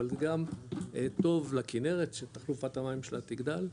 אבל זה גם טוב לכנרת שתחלופת המים שלה תגדל.